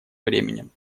временем